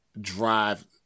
drive